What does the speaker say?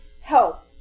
help